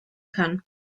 kann